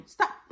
Stop